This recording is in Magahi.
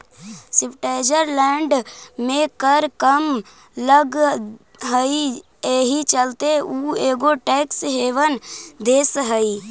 स्विट्ज़रलैंड में कर कम लग हई एहि चलते उ एगो टैक्स हेवन देश हई